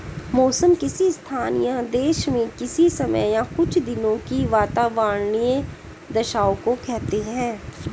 मौसम किसी स्थान या देश में किसी समय या कुछ दिनों की वातावार्नीय दशाओं को कहते हैं